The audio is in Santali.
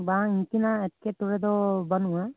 ᱵᱟᱝ ᱱᱤᱠᱟ ᱱᱟᱜ ᱮᱴᱠᱮᱴᱚᱬᱮ ᱫᱚ ᱵᱟᱱᱩᱜ ᱟ